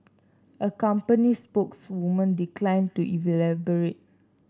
a company spokeswoman declined to